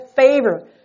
favor